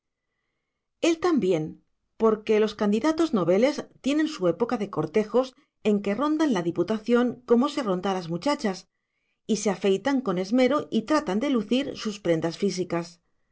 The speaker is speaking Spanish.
él también porque los candidatos noveles tienen su época de cortejos en que rondan la diputación como se ronda a las muchachas y se afeitan con esmero y tratan de lucir sus prendas